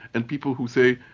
and people who say,